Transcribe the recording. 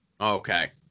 Okay